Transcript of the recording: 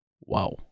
wow